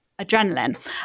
adrenaline